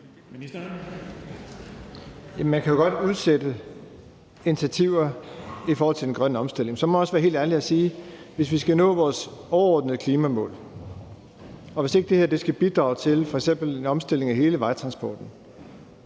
Man kan jo godt udsætte initiativer i forhold til den grønne omstilling, men så må jeg også være helt ærlig og sige, at hvis vi skal nå vores overordnede klimamål, og hvis ikke det her skal bidrage til f.eks. en omstilling af hele vejtransporten,